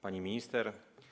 Pani Minister!